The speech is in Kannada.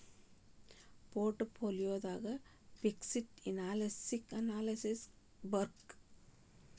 ಪೊರ್ಟ್ ಪೋಲಿಯೊದಾಗ ಫಿಕ್ಸ್ಡ್ ಇನ್ಕಮ್ ಅನಾಲ್ಯಸಿಸ್ ಯೆಸ್ಟಿರ್ಬಕ್?